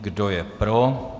Kdo je pro?